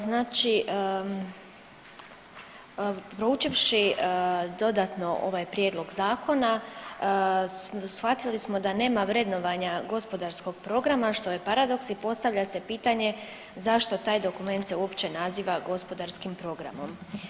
Znači proučivši dodatno ovaj prijedlog zakona shvatili smo da nema vrednovanja gospodarskog programa što je paradoks i postavlja se pitanje zašto taj dokument se uopće naziva gospodarskim programom.